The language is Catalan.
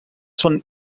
són